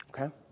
Okay